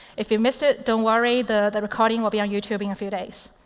if you missed it, don't worry, the the recording will be on youtube in a few days.